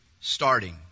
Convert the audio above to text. starting